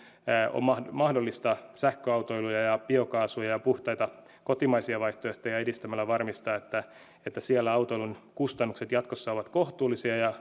on mahdollista sähköautoilua biokaasua ja puhtaita kotimaisia vaihtoehtoja edistämällä varmistaa että että siellä autoilun kustannukset jatkossa ovat kohtuullisia ja